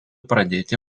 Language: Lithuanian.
pradėti